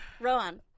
Rowan